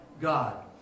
God